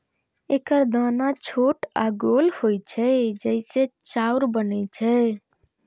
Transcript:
एकर दाना छोट आ गोल होइ छै, जइसे चाउर बनै छै